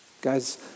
Guys